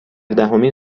دهمین